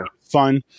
Fun